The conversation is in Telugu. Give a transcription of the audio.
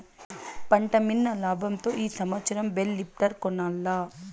పంటమ్మిన లాబంతో ఈ సంవత్సరం బేల్ లిఫ్టర్ కొనాల్ల